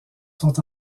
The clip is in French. sont